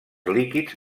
líquids